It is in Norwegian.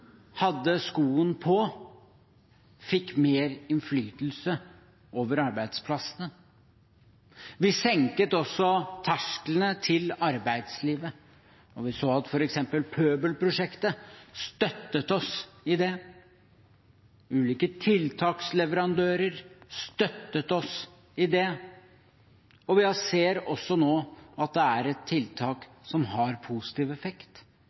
hadde skoen på, fikk mer innflytelse over arbeidsplassene. Vi senket også tersklene til arbeidslivet, og vi så at f.eks. Pøbelprosjektet støttet oss i det – ulike tiltaksleverandører støttet oss i det – og vi ser også nå at det er et tiltak som har positiv effekt.